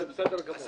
איתן, זה בסדר גמור.